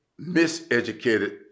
miseducated